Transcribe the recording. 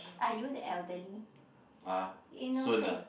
are you the elderly in no say